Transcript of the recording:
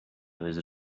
his